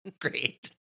Great